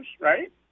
right